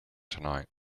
tonight